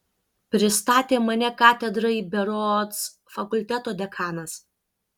pristatė mane katedrai berods fakulteto dekanas